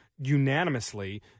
unanimously